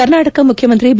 ಕರ್ನಾಟಕ ಮುಖ್ಯಮಂತ್ರಿ ಬಿ